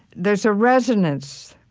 there's a resonance